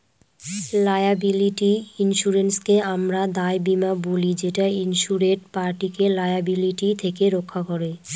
liability ইন্সুরেন্সকে আমরা দায় বীমা বলি যেটা ইন্সুরেড পার্টিকে লায়াবিলিটি থেকে রক্ষা করে